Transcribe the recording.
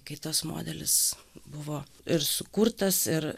kai tas modelis buvo ir sukurtas ir